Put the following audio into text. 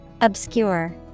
Obscure